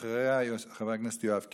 ואחריה, חבר הכנסת יואב קיש.